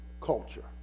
culture